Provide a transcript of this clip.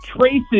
traces